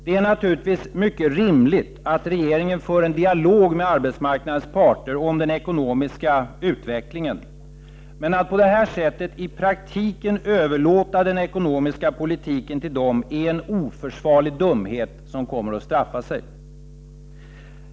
Det är naturligtvis mycket rimligt att regeringen för en dialog med arbetsmarknadens parter om den ekonomiska utvecklingen. Men att på detta sätt i praktiken överlåta den ekonomiska politiken till dem är en oförsvarlig dumhet som kommer att straffa sig.